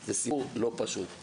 זה סיפור לא פשוט.